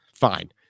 fine